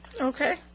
Okay